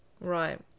right